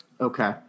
Okay